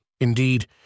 Indeed